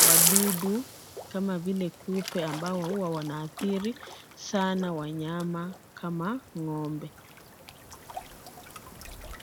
wadudu kama vile kupe ambao huwa wanaathiri sana wanyama kama ng'ombe.